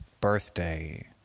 birthday